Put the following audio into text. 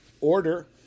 order